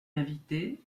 invitées